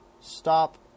stop